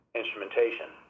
instrumentation